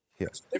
Yes